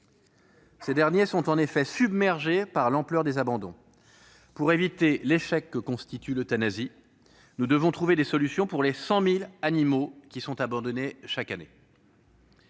Ces derniers sont en effet submergés par l'ampleur des abandons. Pour éviter l'échec que constitue l'euthanasie, nous devons trouver des solutions pour les 100 000 animaux abandonnés chaque année.